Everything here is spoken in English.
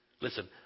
Listen